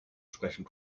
sprechen